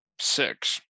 Six